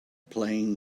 playing